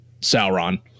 Sauron